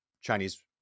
Chinese